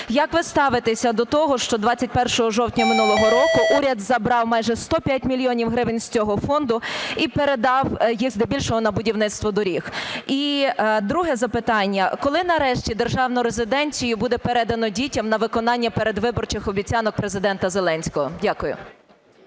Як ви ставитеся до того, що 21 жовтня минулого року уряд забрав майже 105 мільйонів гривень з цього фонду і передав їх здебільшого на будівництво доріг? І друге запитання. Коли нарешті державну резиденцію буде передано дітям на виконання передвиборчих обіцянок Президента Зеленського? Дякую.